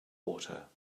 water